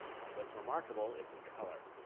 and what is remarkable, it's in color.